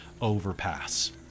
overpass